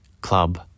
club